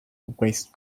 waste